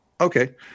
Okay